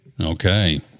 Okay